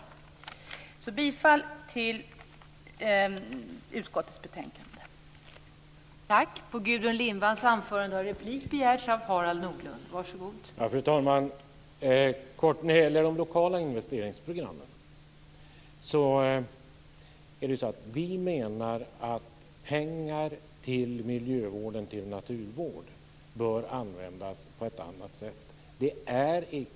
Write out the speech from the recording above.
Jag yrkar bifall till hemställan i utskottets betänkande.